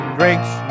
drinks